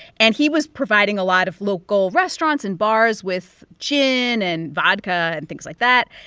and he was providing a lot of local restaurants and bars with gin and vodka and things like that.